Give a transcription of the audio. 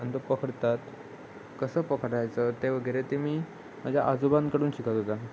आणि तो पकडतात कसं पकडायचं ते वगैरे ते मी माझ्या आजोबांकडून शिकत होता